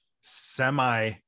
semi